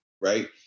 right